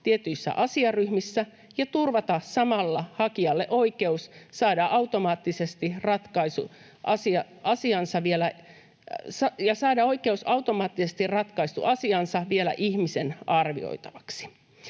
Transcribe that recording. tietyissä asiaryhmissä ja turvata samalla hakijalle oikeus saada automaattisesti ratkaistu asiansa vielä ihmisen arvioitavaksi.